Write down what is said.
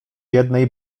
jednej